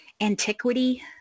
antiquity